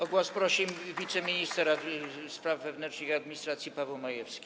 O głos prosi wiceminister spraw wewnętrznych i administracji Paweł Majewski.